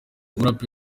umuraperi